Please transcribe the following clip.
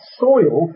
soil